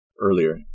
earlier